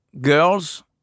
girls